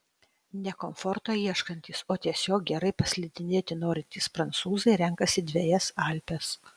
ne komforto ieškantys o tiesiog gerai paslidinėti norintys prancūzai renkasi dvejas alpes